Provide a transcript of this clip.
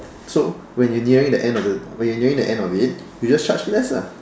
so when you're nearing the end of the when you're nearing the end of it you just charge less lah